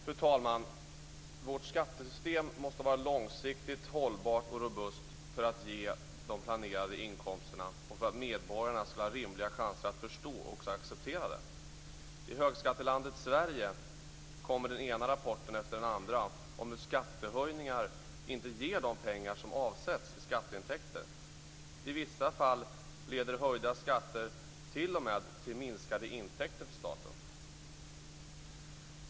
Fru talman! Vårt skattesystem måste vara långsiktigt, hållbart och robust för att ge de planerade inkomsterna och för att medborgarna skall ha rimliga chanser att förstå och också acceptera det. I högskattelandet Sverige kommer den ena rapporten efter den andra om hur skattehöjningar inte ger de pengar i skatteintäkter som avsetts. I vissa fall leder höjda skatter t.o.m. till minskade intäkter för staten.